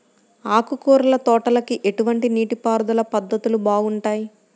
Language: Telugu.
ఆకుకూరల తోటలకి ఎటువంటి నీటిపారుదల పద్ధతులు బాగుంటాయ్?